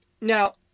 Now